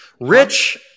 Rich